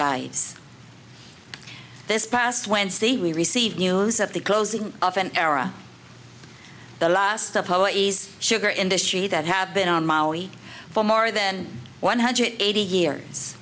lives this past wednesday we received news of the closing of an era the last of poetry's sugar industry that have been on maui for more than one hundred eighty years